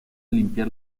limpiar